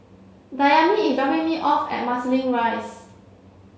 Dayami is dropping me off at Marsiling Rise